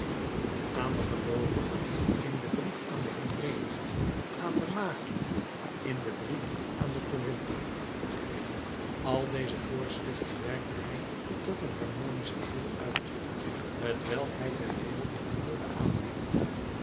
aan de geloovigen in den brief aan de hebreeën aan de maagden in den brief aan de corinthen al deze voorschriften werkte hij tot een harmonisch geheel uit t welk hij der wereld wilde aanbieden